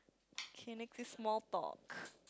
can small talk